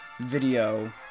video